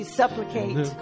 supplicate